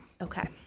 Okay